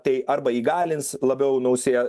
tai arba įgalins labiau nausė